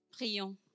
Prions